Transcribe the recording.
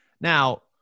Now